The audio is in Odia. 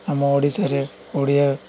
ଆମ ଓଡ଼ିଶାରେ ଓଡ଼ିଆ